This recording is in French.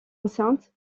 enceinte